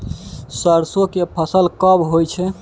सरसो के फसल कब होय छै?